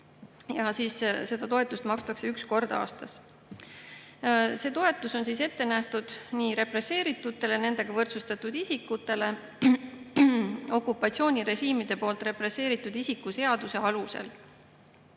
euroni. Seda toetust makstakse üks kord aastas. See toetus on ette nähtud nii represseeritutele kui ka nendega võrdsustatud isikutele okupatsioonirežiimide poolt represseeritud isiku seaduse alusel.